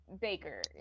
Baker